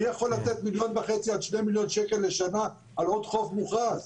מי יכול לתת מיליון וחצי עד שני מיליון שקל לשנה על עוד חוף מוכרז?